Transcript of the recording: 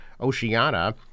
Oceana